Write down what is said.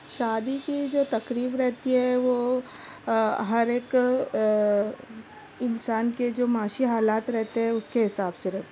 شادی کی یہ جو تقریب رہتی ہے وہ ہر ایک انسان کے جو معاشی حالات رہتے ہیں اُس کے حساب سے رہتی